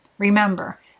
Remember